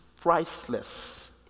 priceless